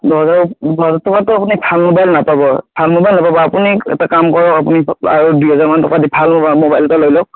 দহ হাজাৰ টকাততো আপুনি ভাল মোবাইল নাপাব ভাল মোবাইল নাপাব আপুনি এটা কাম কৰক আপুনি আৰু দুই হাজাৰ মান টকা দি ভাল মোবাইল এটা লৈ লওক